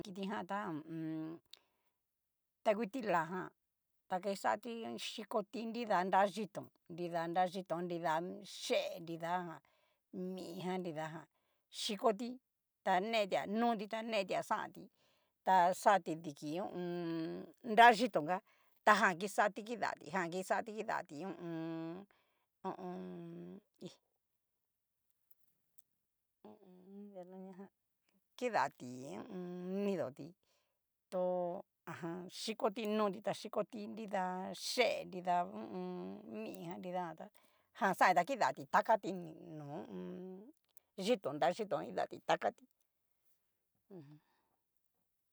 Tijan ta hu u un. ta ngu ti'la jan ta akixati xhikonti nida nra xhitón, nrida nra yitón nida yee, nida jan mijan nidajan chikoti ta netia noti ta netia xanti, ta xati diki ho o on. nra yitón ká, tajan kixati kidati jan kixati kidatí hu u un. ho o on. hí ho o on. anria nania jan kidati ho o on. nido ti, to ajan xhikoti noti ta xikoti nrida yee, nrida hu u un. mijan nrida jan tá, jan xanti ta kidati takati xitón nrá xitón kidati takati.